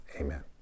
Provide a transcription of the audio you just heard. Amen